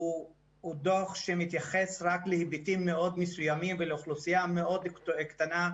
הוא דוח שמתייחס רק להיבטים מאוד מסוימים ולאוכלוסייה מאוד קטנה,